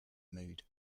mood